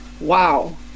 wow